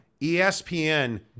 ESPN